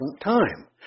time